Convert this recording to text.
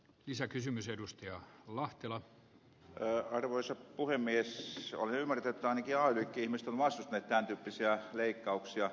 olen ymmärtänyt että ainakin ay liikkeen ihmiset ovat vastustaneet tämän tyyppisiä leikkauksia